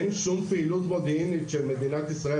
אין שום פעילות מודיעינית של מדינת ישראל